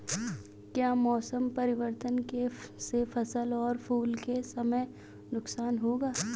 क्या मौसम परिवर्तन से फसल को फूल के समय नुकसान होगा?